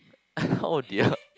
oh dear